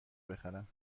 بخرم